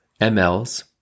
MLs